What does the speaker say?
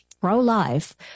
pro-life